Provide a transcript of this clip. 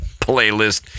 playlist